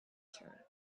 turn